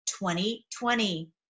2020